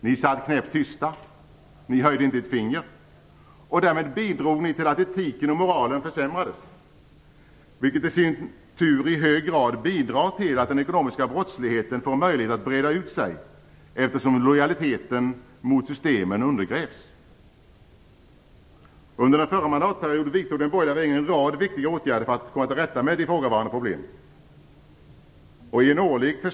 Ni satt knäpp tysta. Ni höjde inte ett finger. Därmed bidrog ni till att etiken och moralen försämrades, vilket i sin tur i hög grad bidrar till att den ekonomiska brottsligheten får möjlighet att breda ut sig, eftersom lojaliteten mot systemen undergrävs. Under den förra mandatperioden vidtog den borgerliga regeringen en rad viktiga åtgärder för att komma till rätta med ifrågavarande problem.